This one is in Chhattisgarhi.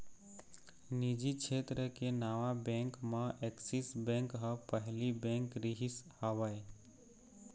निजी छेत्र के नावा बेंक म ऐक्सिस बेंक ह पहिली बेंक रिहिस हवय